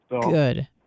Good